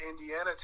Indiana